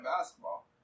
basketball